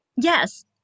yes